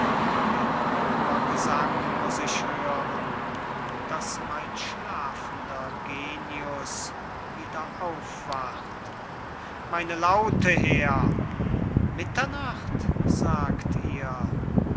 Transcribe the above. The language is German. den römergesang muß ich hören daß mein schlafender genius wieder aufwacht meine laute her mitternacht sagt ihr